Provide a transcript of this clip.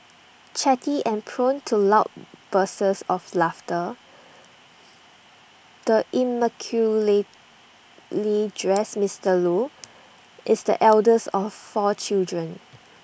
chatty and prone to loud bursts of laughter the immaculately dressed Mister Loo is the eldest of four children